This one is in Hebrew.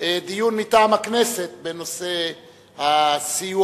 נקיים דיון מטעם הכנסת בנושא הסיוע,